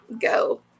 go